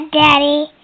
daddy